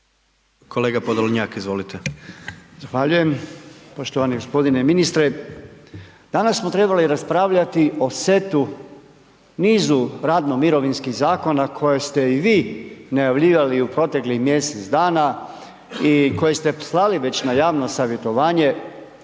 **Podolnjak, Robert (MOST)** Zahvaljujem. Poštovani gospodine ministre, danas smo trebali raspravljati o setu, nizu radno mirovinskih zakona koje ste i vi najavljivali u proteklih mjesec dana i koje ste slali već na javno savjetovanje.